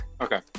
Okay